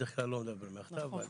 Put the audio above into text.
בדרך כלל לא מדבר מהכתב אבל